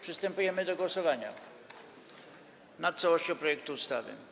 Przystępujemy do głosowania nad całością projektu ustawy.